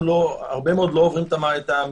הרבה מהם לא עוברים אותם,